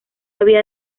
había